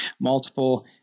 multiple